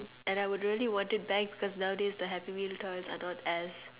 and I would really want it back cause nowadays the happy meal toys are not as